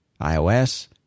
iOS